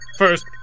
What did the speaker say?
First